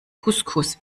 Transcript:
couscous